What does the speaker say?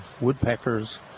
woodpeckers